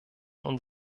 und